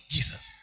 Jesus